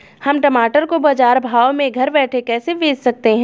हम टमाटर को बाजार भाव में घर बैठे कैसे बेच सकते हैं?